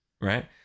Right